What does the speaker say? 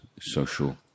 social